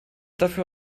dafür